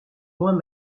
moins